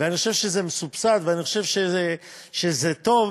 ואני חושב שזה מסובסד, ואני חושב שזה טוב